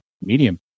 medium